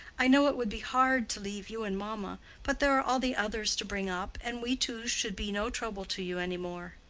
i know it would be hard to leave you and mamma but there are all the others to bring up, and we two should be no trouble to you any more.